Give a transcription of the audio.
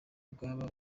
bw’aba